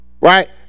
right